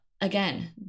Again